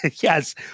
Yes